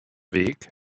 weg